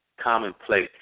commonplace